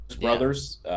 brothers